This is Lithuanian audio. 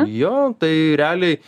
jo tai realiai